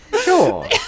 Sure